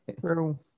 True